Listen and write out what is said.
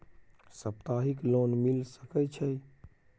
सप्ताहिक लोन मिल सके छै?